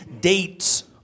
dates